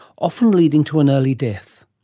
often leading to an early death.